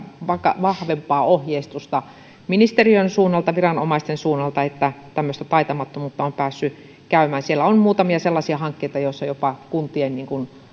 vaikka vahvempaa ohjeistusta ministeriön suunnalta viranomaisten suunnalta tämmöistä taitamattomuutta on siis päässyt käymään on muutamia sellaisia hankkeita joissa jopa kuntien